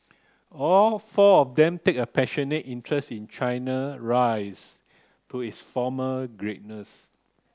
all four of them take a passionate interest in China rise to its former greatness